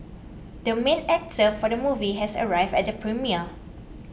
the main actor for the movie has arrived at the premiere